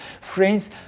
Friends